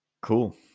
cool